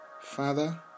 Father